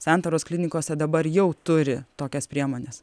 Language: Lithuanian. santaros klinikose dabar jau turi tokias priemones